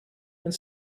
when